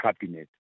cabinet